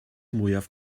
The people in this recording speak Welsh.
mwyaf